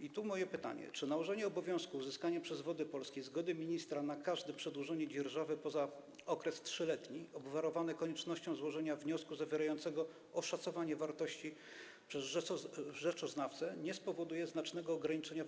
I tu moje pytanie: Czy nałożenie obowiązku uzyskania przez Wody Polskie zgody ministra na każde przedłużenie dzierżawy poza okres 3-letni, obwarowane koniecznością złożenia wniosku zawierającego oszacowanie wartości przez rzeczoznawcę, nie spowoduje znacznego ograniczenia